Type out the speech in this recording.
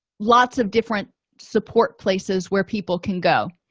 lots of different support places where people can go